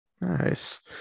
nice